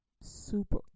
super